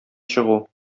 чыгу